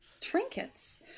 trinkets